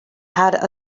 had